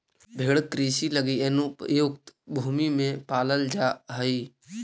भेंड़ कृषि लगी अनुपयुक्त भूमि में पालल जा हइ